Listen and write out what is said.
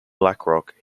blackrock